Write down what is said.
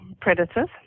predators